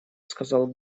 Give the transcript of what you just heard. сказал